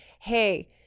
hey